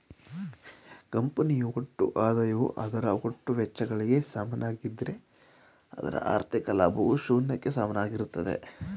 ಕಂಪನಿಯು ಒಟ್ಟು ಆದಾಯವು ಅದರ ಒಟ್ಟು ವೆಚ್ಚಗಳಿಗೆ ಸಮನಾಗಿದ್ದ್ರೆ ಅದರ ಹಾಥಿ೯ಕ ಲಾಭವು ಶೂನ್ಯಕ್ಕೆ ಸಮನಾಗಿರುತ್ತದೆ